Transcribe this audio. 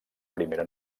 primera